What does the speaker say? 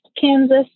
Kansas